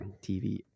TV